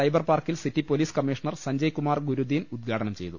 cyber പാർക്കിൽ city police commissioner Sanjay Kumar Gurudeen ഉദ്ഘാടനം ചെയ്തു